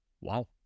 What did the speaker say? Wow